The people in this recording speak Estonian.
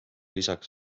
lisaks